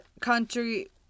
Country